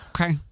Okay